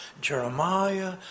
Jeremiah